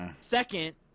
Second